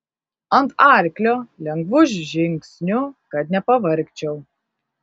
ant arklio lengvu žingsniu kad nepavargčiau